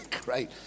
great